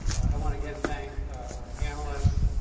i wanna again thank our panelists,